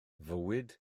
fywyd